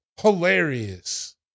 hilarious